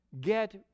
Get